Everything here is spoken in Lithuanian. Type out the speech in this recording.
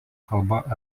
kalba